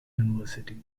university